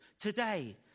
Today